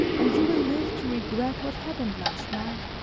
and you will live to regret what happened last night.